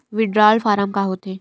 Withdrawal form का होथे?